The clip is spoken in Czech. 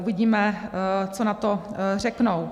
Uvidíme, co na to řeknou.